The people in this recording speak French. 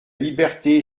liberté